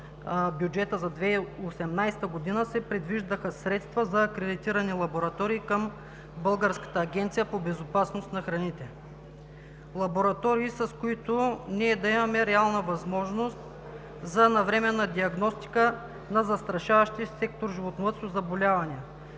бюджетът за 2018 г., се предвиждаха средства за акредитирани лаборатории към Българската агенция по безопасност на храните, лаборатории, с които ние да имаме реална възможност за навременна диагностика на застрашаващия сектор „Животновъдство“ заболявания.